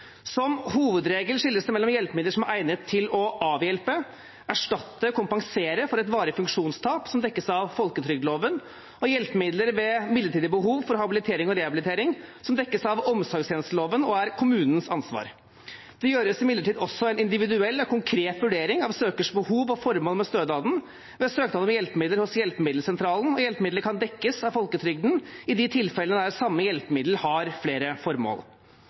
Som hovedregel skilles det mellom hjelpemidler som er egnet til å avhjelpe/erstatte/kompensere for et varig funksjonstap, som dekkes av folketrygdloven, og hjelpemidler ved midlertidig behov for habilitering og rehabilitering, som dekkes av omsorgstjenesteloven og er kommunens ansvar. Det gjøres imidlertid også en individuell og konkret vurdering av søkers behov og formål med stønaden ved søknad om hjelpemidler hos Hjelpemiddelsentralen, og hjelpemiddelet kan dekkes av folketrygden i de tilfellene der samme hjelpemiddel har flere formål.